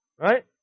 right